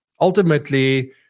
ultimately